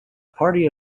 party